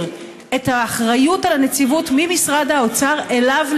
את האחריות על הנציבות ממשרד האוצר אליו,